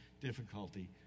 difficulty